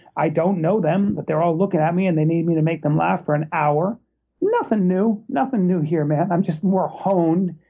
i don't know them, but they're all looking at me, and they need me to make them laugh for an hour nothing new, nothing new here, man. i'm just more honed.